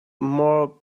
more